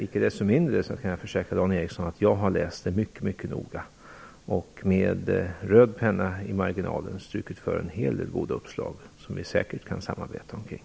Icke desto mindre kan jag försäkra Dan Ericsson om att jag har läst det mycket noga, och i marginalen har jag med röd penna strukit för en hel del goda uppslag som vi säkert kan samarbeta kring.